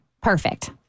perfect